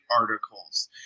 articles